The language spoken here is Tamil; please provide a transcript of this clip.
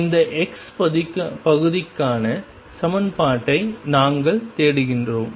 இந்த x பகுதிக்கான சமன்பாட்டை நாங்கள் தேடுகிறோம்